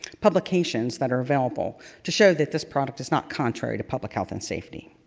publications that are available to show that this product is not contrary to public health and safety.